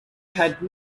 had